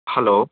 hello